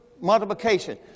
multiplication